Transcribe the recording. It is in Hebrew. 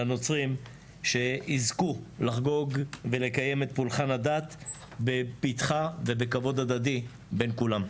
לנוצרים שיזכו לחגוג ולקים את פולחן החג בבטחה ובכבוד הדדי בין כולם.